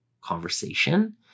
conversation